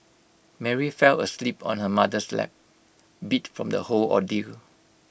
Mary fell asleep on her mother's lap beat from the whole ordeal